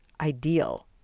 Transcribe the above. ideal